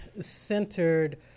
centered